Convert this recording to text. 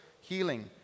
healing